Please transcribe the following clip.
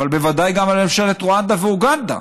אבל בוודאי גם על ממשלות רואנדה ואוגנדה.